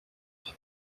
byo